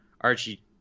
archie